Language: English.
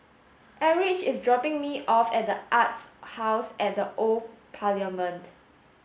Erich is dropping me off at The Arts House at the Old Parliament